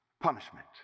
punishment